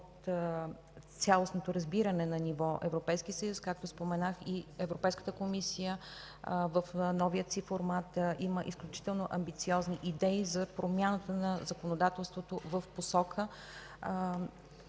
от цялостното разбиране на ниво Европейски съюз. Както споменах и Европейската комисия в новия си формат има изключително амбициозни идеи за промяната на законодателството в посока